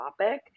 topic